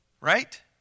right